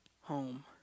home